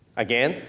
again.